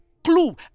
clue